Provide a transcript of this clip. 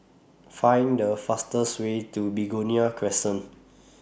Find The fastest Way to Begonia Crescent